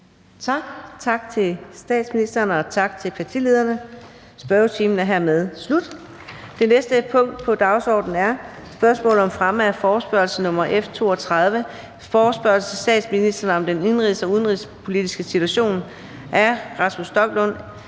vi tak til statsministeren og tak til partilederne. Spørgetimen er hermed slut. --- Det næste punkt på dagsordenen er: 2) Spørgsmål om fremme af forespørgsel nr. F 32: Forespørgsel til statsministeren om den indenrigs- og udenrigspolitiske situation. Af Rasmus Stoklund